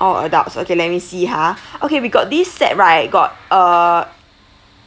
all adults okay let me see ha okay we got this set right got err